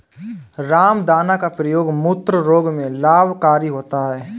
रामदाना का प्रयोग मूत्र रोग में लाभकारी होता है